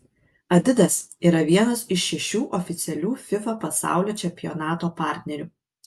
adidas yra vienas iš šešių oficialių fifa pasaulio čempionato partnerių